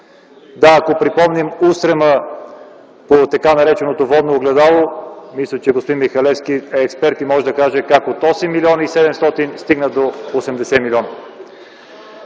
Ако припомним устрема по така нареченото Водно огледало, мисля, че господин Михалевски е експерт и може да каже как от 8 млн. 700 се стигна до 80 милиона.